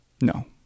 No